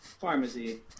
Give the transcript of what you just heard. Pharmacy